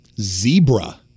Zebra